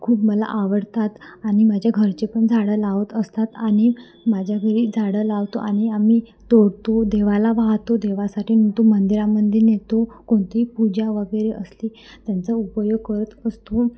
खूप मला आवडतात आणि माझ्या घरचे पण झाडं लावत असतात आणि माझ्या घरी झाडं लावतो आणि आम्ही तोडतो देवाला वाहतो देवासाठी नेतो मंदिरामध्ये नेतो कोणतीही पूजा वगैरे असली त्यांचा उपयोग करत असतो